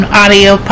audio